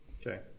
Okay